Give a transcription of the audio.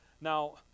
Now